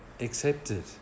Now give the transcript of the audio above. accepted